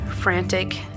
frantic